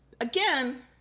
again